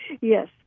Yes